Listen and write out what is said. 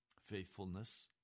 faithfulness